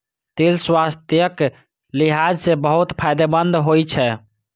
तिल स्वास्थ्यक लिहाज सं बहुत फायदेमंद होइ छै